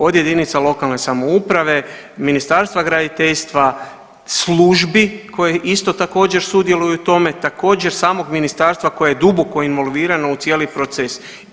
Od jedinica lokalne samouprave, Ministarstva graditeljstva, službi koje isto također sudjeluju u tome, također samog ministarstva koje je duboko involvirano u cijeli proces.